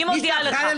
אני מודיעה לך.